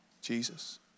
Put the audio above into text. Jesus